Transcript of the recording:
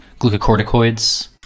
glucocorticoids